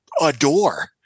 adore